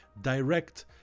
direct